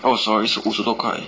oh sorry 是五十多块钱